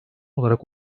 olarak